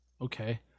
okay